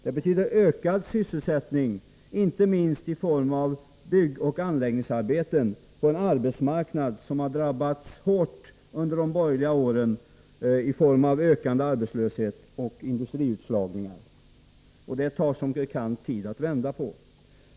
Det betyder ökad sysselsättning, inte minst i form av byggoch anläggningsarbeten på en arbetsmarknad som under de borgerliga åren har drabbats hårt i form av ökande arbetslöshet och industriutslagningar. Och det tar som bekant tid att vända på denna utveckling.